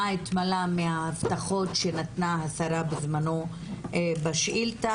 מה התקיים מההבטחות שנתנה השרה בזמנו בשאילתה.